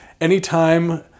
anytime